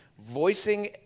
voicing